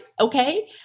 Okay